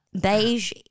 beige